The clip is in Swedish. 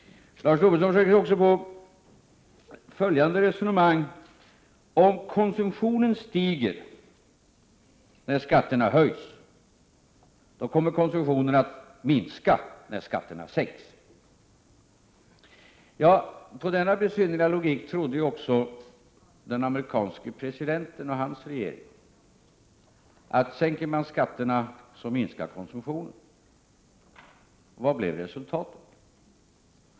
Lars Tobisson försöker sig också på följande resonemang: Om konsumtionen stiger när skatterna höjs, kommer konsumtionen att minska när skatterna sänks. På denna besynnerliga logik — sänker man skatterna, minskar konsumtionen — trodde också den amerikanske presidenten och hans regering. Vad blev resultatet?